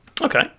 Okay